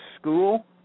school